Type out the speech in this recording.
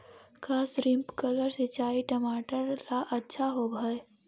का स्प्रिंकलर सिंचाई टमाटर ला अच्छा होव हई?